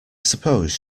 suppose